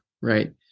right